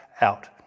out